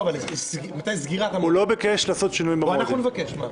בואו אנחנו נבקש.